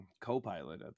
co-pilot